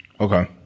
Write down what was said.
Okay